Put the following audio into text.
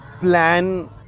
plan